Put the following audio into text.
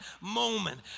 moment